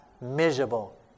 miserable